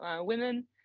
women